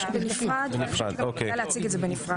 בנפרד, וכדאי להציג את זה בנפרד.